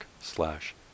slash